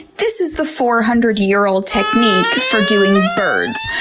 this is the four hundred year old technique for doing birds.